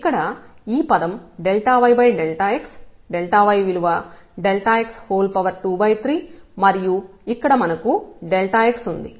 ఇక్కడ ఈ పదం yx y విలువ x23 మరియు ఇక్కడ మనకు x ఉంది